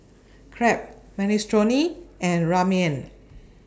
Crepe Minestrone and Ramen